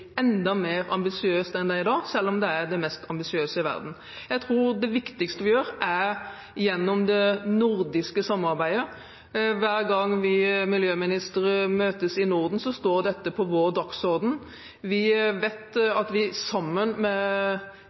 enda mer ambisiøst enn det er i dag, selv om dette er det mest ambisiøse i verden. Jeg tror det viktigste vi gjør, er gjennom det nordiske samarbeidet. Hver gang vi miljøministre møtes i Norden, står dette på dagsordenen. Vi vet at vi sammen med